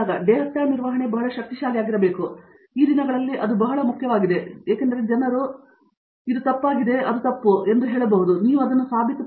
data ನಿರ್ವಹಣೆ ಬಹಳ ಶಕ್ತಿಶಾಲಿಯಾಗಿರಬೇಕು ಅದು ಈ ದಿನಗಳಲ್ಲಿ ಬಹಳ ಮುಖ್ಯವಾಗಿದೆ ಏಕೆಂದರೆ ಜನರು ಈ ಆಸ್ತಿ ತಪ್ಪಾಗಿದೆ ಎಂದು ಹೇಳುತ್ತಾರೆ ಇದು ತಪ್ಪು ನೀವು ಅವುಗಳನ್ನು ಸಾಬೀತು ಮಾಡಬೇಕು